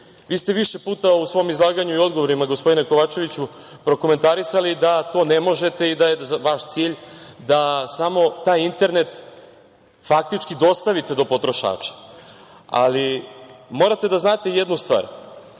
ne. Vi ste više puta u svom izlaganju i odgovorima gospodine Kovačeviću prokomentarisali da to ne možete i da je vaš cilj da samo taj internet faktički dostavite do potrošača, ali morate da znate jednu stvar.